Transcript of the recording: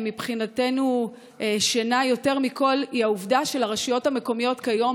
שמבחינתנו אמור להדיר שינה יותר מכול הוא העובדה שלרשויות המקומיות כיום